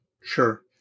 sure